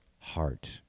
heart